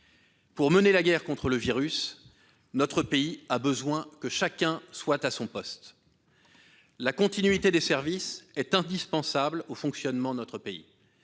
Pour mener la guerre contre le virus, notre pays a besoin que chacun soit à son poste. La continuité des services est indispensable au fonctionnement de notre pays